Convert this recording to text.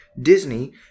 Disney